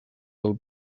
del